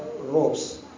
robes